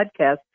podcast